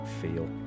feel